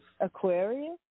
Aquarius